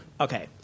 Okay